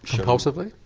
compulsively?